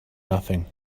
nothing